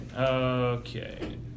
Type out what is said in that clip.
Okay